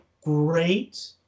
great